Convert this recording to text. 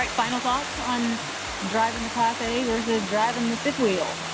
like final thoughts on driving the class a versus driving the fifth wheel.